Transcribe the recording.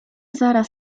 zaraz